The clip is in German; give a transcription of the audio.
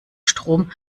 strom